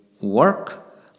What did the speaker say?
work